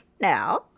now